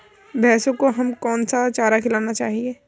भैंसों को हमें कौन सा चारा खिलाना चाहिए?